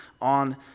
on